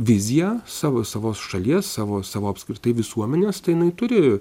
viziją savo savos šalies savo savo apskritai visuomenės jinai turi